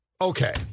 Okay